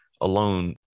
alone